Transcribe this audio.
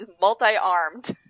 multi-armed